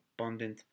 abundant